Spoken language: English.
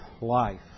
life